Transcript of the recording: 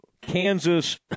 Kansas